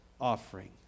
offering